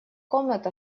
комната